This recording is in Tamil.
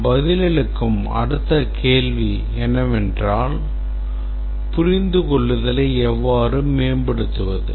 நாம் பதிலளிக்கும் அடுத்த கேள்வி என்னவென்றால் புரிந்துகொள்ளுதலை எவ்வாறு மேம்படுத்துவது